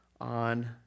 on